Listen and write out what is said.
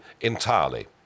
entirely